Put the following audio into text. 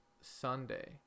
Sunday